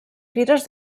fires